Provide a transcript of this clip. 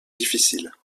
difficiles